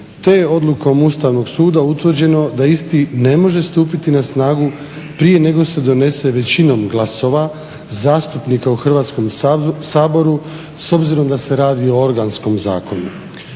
te je odlukom Ustavnog suda utvrđeno da isti ne može stupiti na snagu prije nego se donese većinom glasova zastupnika u Hrvatskom saboru s obzirom da se radi o organskom zakonu.